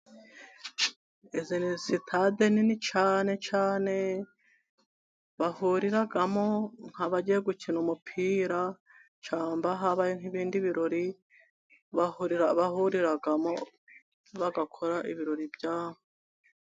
Izi ni sitade nini cyane cyane, bahuriramo nk'abagiye gukina umupira cyangwa habaye nk'ibindi birori, bahuriramo bagakora ibirori byabo.